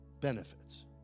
benefits